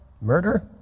Murder